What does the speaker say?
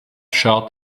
shut